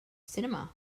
cinema